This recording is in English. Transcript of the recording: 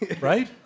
right